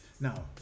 Now